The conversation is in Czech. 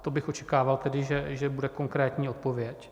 To bych očekával, že bude konkrétní odpověď.